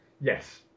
Yes